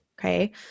Okay